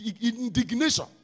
indignation